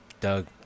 Doug